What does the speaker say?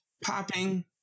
popping